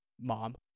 mom